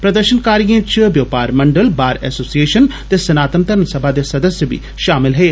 प्रदर्षनकारिएं च बपार मंडल बार एसोसिएषन ते सनातन धर्म सभा दे सदस्य बी षामल हे